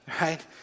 right